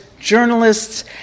journalists